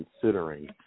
Considering